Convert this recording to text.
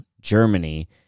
Germany